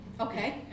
Okay